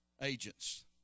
agents